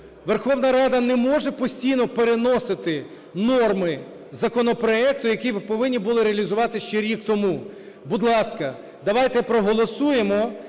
Верховна Рада не може постійно переносити норми законопроекту, які повинні були реалізувати ще рік тому. Будь ласка, давайте проголосуємо,